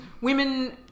women